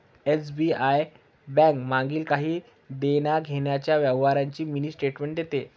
SBI bank मागील काही देण्याघेण्याच्या व्यवहारांची मिनी स्टेटमेंट देते